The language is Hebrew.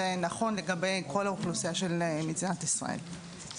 זה נכון לגבי כל האוכלוסייה של מדינת ישראל.